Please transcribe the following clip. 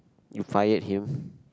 you fired him